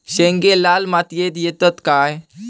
शेंगे लाल मातीयेत येतत काय?